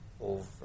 over